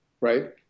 right